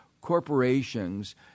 corporations